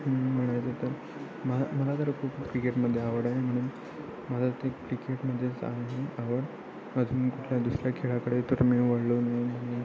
म्हणायचं तर मा मला तर खूप क्रिकेटमध्ये आवड आहे म्हणून माझं ते क्रिकेट म्हणजेच आम्ही आवड अजून कुठल्या दुसऱ्या खेळाकडे तर मी वळलो नाही